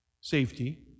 safety